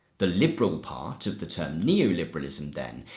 the liberal part of the term neoliberalism, then,